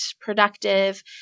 productive